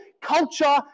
culture